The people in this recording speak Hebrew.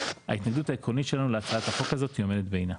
ההתנגדות העקרונית שלנו להצעת החוק הזאת היא עומדת בעינה.